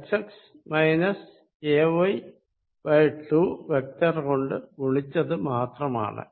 xx ay 2 vector കൊണ്ട് ഗുണിച്ചത് മാത്രമാണ്